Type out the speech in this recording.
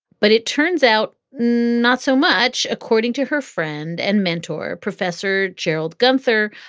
but it turns out not so much, according to her friend and mentor, professor gerald gunther,